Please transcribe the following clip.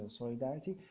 solidarity